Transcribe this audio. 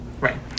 right